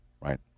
right